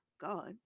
God